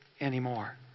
anymore